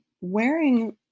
wearing